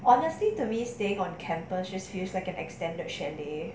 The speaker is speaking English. honestly to me staying on campus just feels like an extended chalet